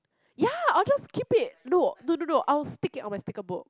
ya I will just keep it no no no no I will just stick it on my sticker book